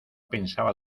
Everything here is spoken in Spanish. pensaba